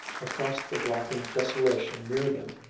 across the blackened desolation near them,